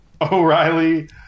O'Reilly